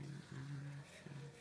אני מבקש להדגיש,